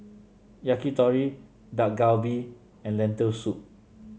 Yakitori Dak Galbi and Lentil Soup